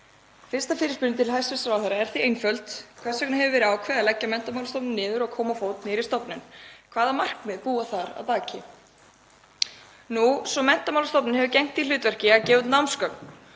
Fyrsta fyrirspurnin til hæstv. ráðherra er því einföld: Hvers vegna hefur verið ákveðið að leggja Menntamálastofnun niður og koma á fót nýrri stofnun? Hvaða markmið búa þar að baki? Menntamálastofnun hefur gegnt því hlutverki að gefa út námsgögn